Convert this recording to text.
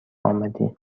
آمدی